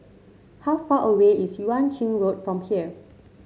how far away is Yuan Ching Road from here